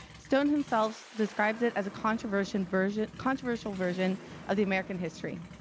stone himself describes it as a controversial version controversial version of the american history,